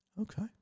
Okay